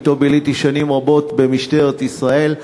שאתו ביליתי שנים רבות במשטרת ישראל.